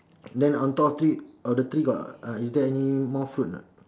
then on top of tree of the tree got uh is there any more fruit not